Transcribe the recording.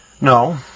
No